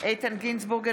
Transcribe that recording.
איתן גינזבורג,